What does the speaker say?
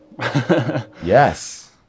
yes